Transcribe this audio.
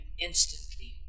instantly